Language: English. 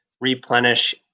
Replenish